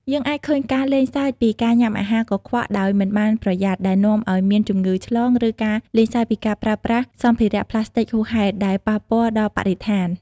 យើងអាចឃើញការលេងសើចពីការញ៉ាំអាហារកខ្វក់ដោយមិនបានប្រយ័ត្ន ដែលនាំឲ្យមានជំងឺឆ្លង ឬការលេងសើចពីការប្រើប្រាស់សម្ភារប្លាស្ទិកហួសហេតុ ដែលប៉ះពាល់ដល់បរិស្ថាន។